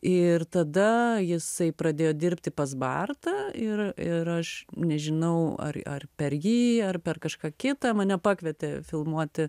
ir tada jisai pradėjo dirbti pas bartą ir ir aš nežinau ar ar per jį ar per kažką kitą mane pakvietė filmuoti